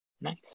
Nice